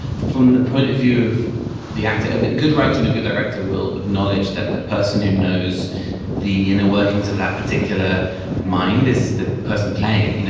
from the point of view of the actor, a good writer and a good director will acknowledge that the person who knows the inner workings of that particular mind is the person playing it. you know